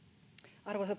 arvoisa